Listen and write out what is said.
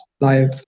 live